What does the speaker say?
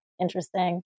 interesting